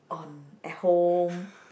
on at home